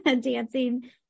Dancing